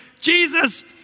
Jesus